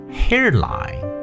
hairline